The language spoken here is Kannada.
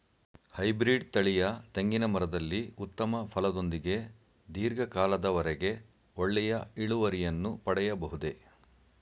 ಹೈಬ್ರೀಡ್ ತಳಿಯ ತೆಂಗಿನ ಮರದಲ್ಲಿ ಉತ್ತಮ ಫಲದೊಂದಿಗೆ ಧೀರ್ಘ ಕಾಲದ ವರೆಗೆ ಒಳ್ಳೆಯ ಇಳುವರಿಯನ್ನು ಪಡೆಯಬಹುದೇ?